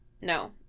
no